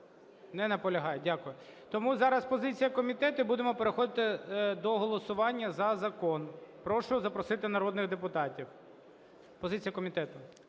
Не наполягає. Дякую. Тому зараз позиція комітету і будемо переходи до голосування за закон. Прошу запросити народних депутатів. Позиція комітету.